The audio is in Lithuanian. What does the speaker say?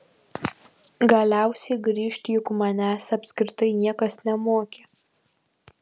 galiausiai grįžt juk manęs apskritai niekas nemokė